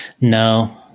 No